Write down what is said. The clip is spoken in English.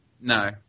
no